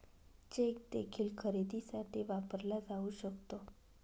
check देखील खरेदीसाठी वापरला जाऊ शकतो